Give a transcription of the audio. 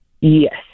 Yes